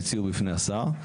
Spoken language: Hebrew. הציעו בפני השר.